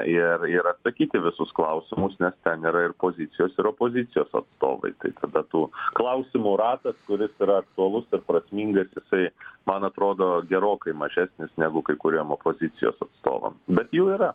ir ir atsakyti visus klausimus nes ten yra ir pozicijos ir opozicijos atstovai tai tada tų klausimų ratas kuris yra aktualus ir prasmingas jisai man atrodo gerokai mažesnis negu kai kuriem opozicijos atstovam bet jų yra